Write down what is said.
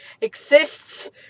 Exists